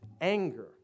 anger